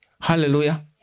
Hallelujah